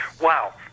Wow